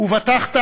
"ובטחת